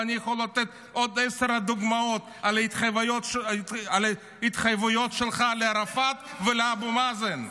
ואני יכול לתת עוד עשר דוגמאות להתחייבויות שלך לערפאת ולאבו מאזן.